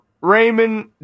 Raymond